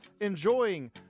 enjoying